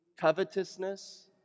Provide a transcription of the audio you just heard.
covetousness